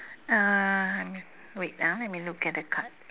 uh wait ah let me look at the card